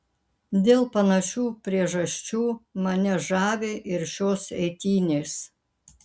dėl panašių priežasčių mane žavi ir šios eitynės